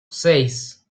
seis